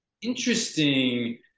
interesting